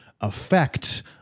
affect